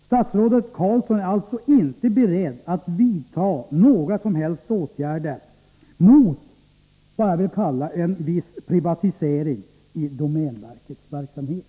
Statsrådet Carlsson är alltså inte beredd att vidta några som helst åtgärder mot vad jag vill kalla en viss privatisering av domänverkets verksamhet!